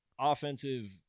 offensive